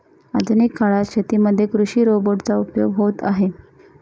आधुनिक काळात शेतीमध्ये कृषि रोबोट चा उपयोग होत आहे